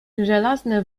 żelazne